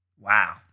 Wow